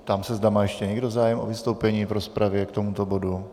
Ptám se, zda má ještě někdo zájem o vystoupení v rozpravě k tomuto bodu.